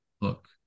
look